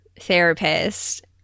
therapist